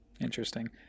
Interesting